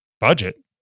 budget